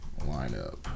lineup